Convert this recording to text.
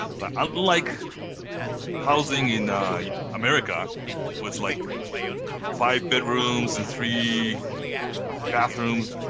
like unlike housing in america with like five bedrooms and three bathrooms,